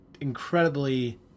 incredibly